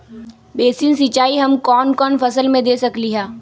Basin सिंचाई हम कौन कौन फसल में दे सकली हां?